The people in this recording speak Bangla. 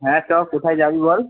হ্যাঁ চ কোথায় যাবি বল